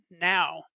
now